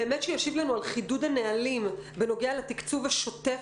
באמת שישיב לנו על חידוד הנהלים בנוגע לתקצוב השוטף,